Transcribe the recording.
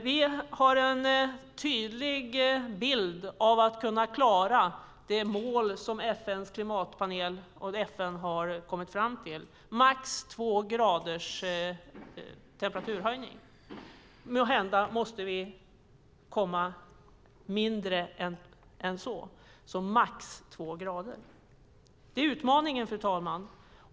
Vi har en tydlig bild av att vi ska kunna klara det mål som FN:s klimatpanel och FN har kommit fram till: max två graders temperaturhöjning. Måhända blir det mindre än så. Målet är alltså max två grader. Detta är utmaningen, fru talman.